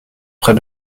près